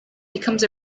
becomes